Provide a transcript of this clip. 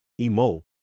emo